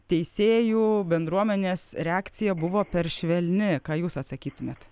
teisėjų bendruomenės reakcija buvo per švelni ką jūs atsakytumėt